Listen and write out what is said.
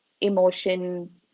emotion